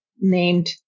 named